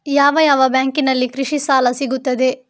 ಯಾವ ಯಾವ ಬ್ಯಾಂಕಿನಲ್ಲಿ ಕೃಷಿ ಸಾಲ ಸಿಗುತ್ತದೆ?